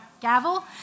gavel